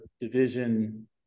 division